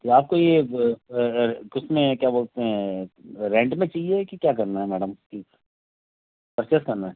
तो आपको यह कितने क्या बोलते हैं रेंट पर चाहिए कि क्या करना है मैडम परचेज़ करना है